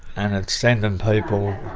and it's sending people